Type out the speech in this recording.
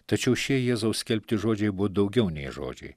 tačiau šie jėzaus skelbti žodžiai buvo daugiau nei žodžiai